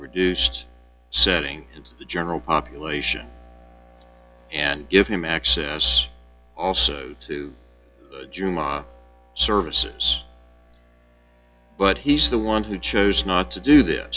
reduced setting in the general population and give him access also to juma services but he's the one who chose not to do this